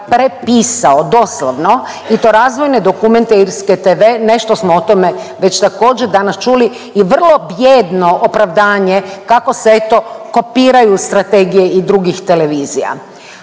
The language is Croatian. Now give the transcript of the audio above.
prepisao, doslovno i to razvojne dokumente irske tv, nešto smo o tome već također danas čuli i vrlo bijedno opravdanje kako se eto kopiraju strategije i drugih televizija.